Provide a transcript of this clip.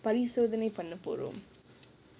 பொய் சொல்லி என்ன பண்ணபோறோம்:poi solli enna panna porom